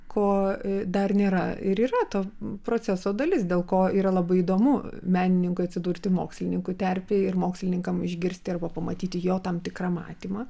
ko dar nėra ir yra to proceso dalis dėl ko yra labai įdomu menininkui atsidurti mokslininkų terpėj ir mokslininkam išgirsti arba pamatyti jo tam tikrą matymą